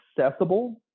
accessible